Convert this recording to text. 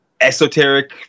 esoteric